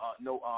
no